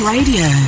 Radio